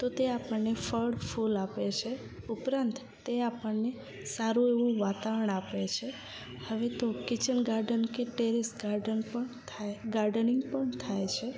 તો તે આપણને ફળ ફૂલ આપે છે ઉપરાંત તે આપણને સારું એવું વાતાવરણ આપે છે હવે તો કિચન ગાર્ડન કે ટેરેસ ગાર્ડન પણ થાય ગાર્ડનિંગ પણ થાય છે